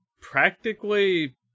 practically